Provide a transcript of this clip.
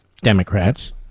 Democrats